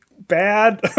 bad